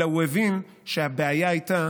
אלא הוא הבין שהבעיה הייתה